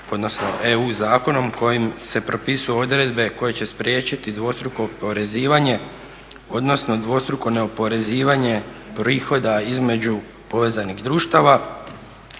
odnosno EU zakonom kojim se propisuju odredbe koje će spriječiti dvostruko oporezivanje, odnosno dvostruko neoporezivanje prihoda između povezanih društava,